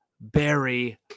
Barry